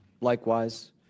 Likewise